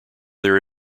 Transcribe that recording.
their